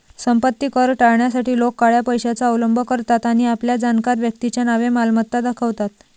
संपत्ती कर टाळण्यासाठी लोक काळ्या पैशाचा अवलंब करतात आणि आपल्या जाणकार व्यक्तीच्या नावे मालमत्ता दाखवतात